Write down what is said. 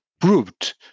proved